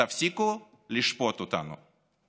תפסיקו לשפוט אותנו.